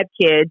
kids